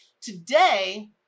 Today